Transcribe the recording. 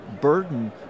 burden